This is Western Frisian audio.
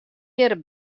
hjir